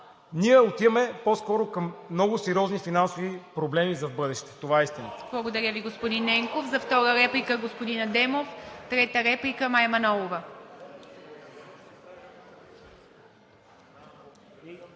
ние отиваме по-скоро към много сериозни финансови проблеми за в бъдеще. Това е истината!